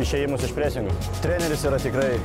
išėjimus iš presingo treneris yra tikrai